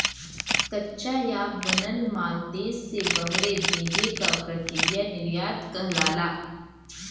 कच्चा या बनल माल देश से बहरे भेजे क प्रक्रिया निर्यात कहलाला